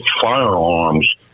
firearms